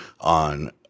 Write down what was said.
on